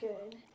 Good